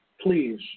please